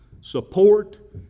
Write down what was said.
support